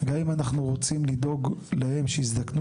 גם אם אנחנו רוצים לדאוג להם שיזדקנו